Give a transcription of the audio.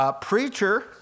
preacher